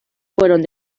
fueron